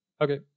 Okay